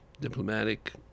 diplomatic